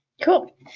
Cool